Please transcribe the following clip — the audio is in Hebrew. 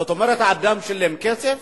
זאת אומרת שהאדם שילם כסף